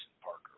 Parker